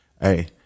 Hey